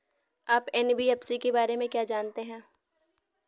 आप एन.बी.एफ.सी के बारे में क्या जानते हैं?